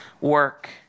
work